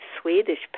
Swedish